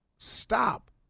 Stop